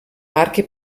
marchi